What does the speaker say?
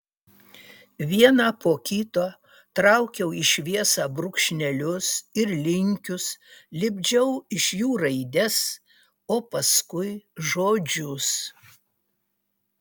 vieną po kito traukiau į šviesą brūkšnelius ir linkius lipdžiau iš jų raides o paskui žodžius